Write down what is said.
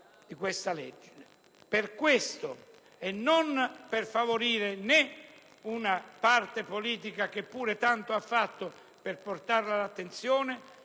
di tale legge; per questo, e non per favorire una parte politica, che pure tanto ha fatto per portarla all'attenzione,